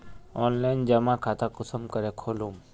Online जमा खाता कुंसम करे खोलूम?